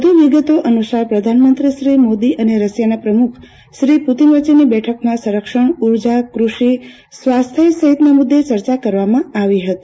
વધુ વિગતો અનુસાર પ્રધાનમંત્રી શ્રી મોદી અને રશિયાના પ્રમુખ શ્રી પુતિન વચ્ચેની બેઠકમાં સંરક્ષણ ઉર્જા કૃષિ સ્વાસ્થ્ય સહિતના મુદ્દે ચર્ચા કરવામાં આવી હતી